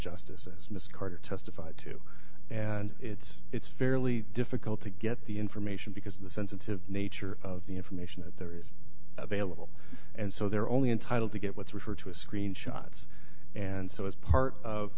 justice as miss carter testified to and it's it's fairly difficult to get the information because of the sensitive nature of the information that there is available and so they're only entitled to get what's referred to a screen shots and so as part of